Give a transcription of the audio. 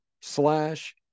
slash